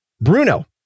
Bruno